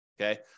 Okay